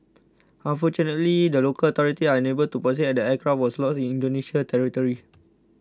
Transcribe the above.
unfortunately the local authorities are unable to proceed as the aircraft was lost in Indonesia territory